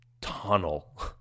tunnel